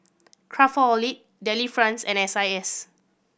Craftholic Delifrance and S I S